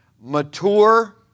mature